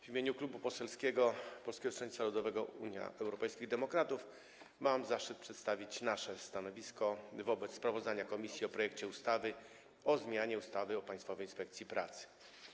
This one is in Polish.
W imieniu Klubu Poselskiego Polskiego Stronnictwa Ludowego - Unii Europejskich Demokratów mam zaszczyt przedstawić nasze stanowisko wobec sprawozdania komisji o projekcie ustawy o zmianie ustawy o Państwowej Inspekcji Pracy.